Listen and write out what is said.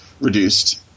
reduced